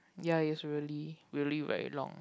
ya is really really very long